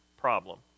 problem